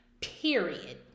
period